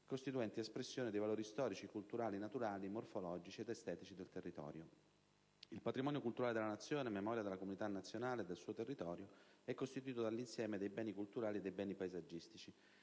«costituenti espressione dei valori storici, culturali, naturali, morfologici ed estetici del territorio». Il patrimonio culturale della Nazione, memoria della comunità nazionale e del suo territorio, è costituito dall'insieme dei beni culturali e dei beni paesaggistici.